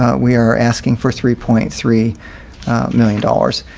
ah we are asking for three points. three million dollars